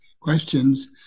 questions